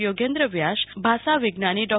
યોગેન્દ્ર વ્યાસ ભાષા વિજ્ઞાની ડો